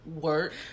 Work